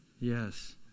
Yes